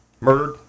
Murdered